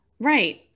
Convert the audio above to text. Right